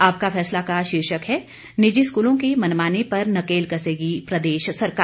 आपका फैसला का शीर्षक है निजी स्कूलों की मनमानी पर नकेल कसेगी प्रदेश सरकार